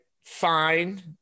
fine